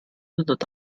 hundert